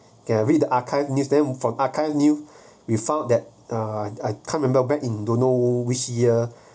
can I read the archived news then from archives new we found that uh I can't remember back in don't know which year